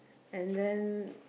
and then